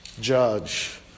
judge